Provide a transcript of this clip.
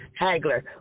Hagler